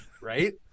Right